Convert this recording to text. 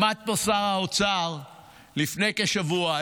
עמד פה שר האוצר לפני כשבוע,